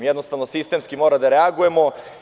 Jednostavno sistemski moramo da reagujemo.